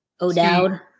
O'Dowd